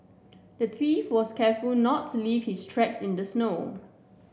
the thief was careful not to leave his tracks in the snow